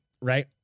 Right